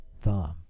thumb